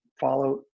follow